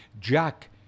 Jack